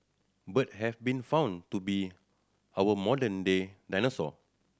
bird have been found to be our modern day dinosaur